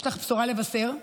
יש לך בשורה לבשר,